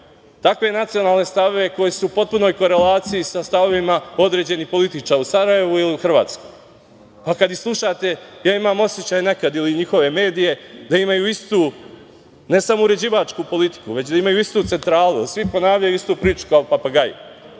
takve nacionalne stavove koji su u potpunoj korelaciji sa stavovima određenih političara u Sarajevu ili u Hrvatskoj. Pa, kad ih slušate, ja imam osećaj nekad, ili njihove medije, da imaju istu ne samo uređivačku politiku, već da imaju istu centralu, da svi ponavljaju istu priču, kao papagaji. Kada